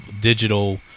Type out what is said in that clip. digital